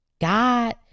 God